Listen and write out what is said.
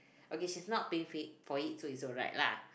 okay she's not paying for it for it so it's alright lah